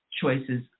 choices